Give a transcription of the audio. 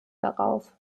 darauf